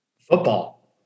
Football